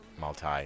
multi